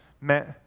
meant